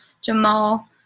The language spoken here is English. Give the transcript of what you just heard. Jamal